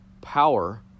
power